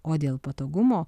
o dėl patogumo